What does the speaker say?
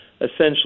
essentially